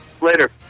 Later